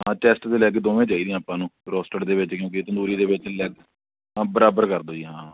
ਹਾਂ ਚੈਸਟ ਅਤੇ ਲੈਗ ਦੋਵੇਂ ਚਾਹੀਦੀਆਂ ਆਪਾਂ ਨੂੰ ਰੋਸਟਡ ਦੇ ਵਿੱਚ ਕਿਉਂਕਿ ਤੰਦੂਰੀ ਦੇ ਵਿੱਚ ਲੈਗ ਹਾਂ ਬਰਾਬਰ ਕਰ ਦਿਓ ਜੀ ਹਾਂ